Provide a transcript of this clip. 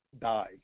die